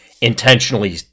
intentionally